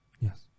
Yes